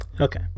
Okay